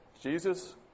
Jesus